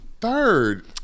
Third